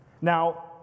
Now